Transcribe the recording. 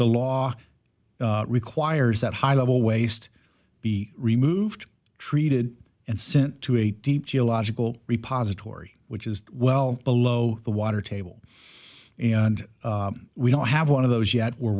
the law requires that high level waste be removed treated and sent to a deep geological repository which is well below the water table and we don't have one of those yet we're